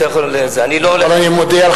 רק אמרתי לו, ראש הממשלה,